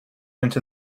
into